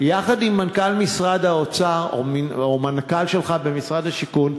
יחד עם מנכ"ל משרד האוצר או מנכ"ל משרד השיכון,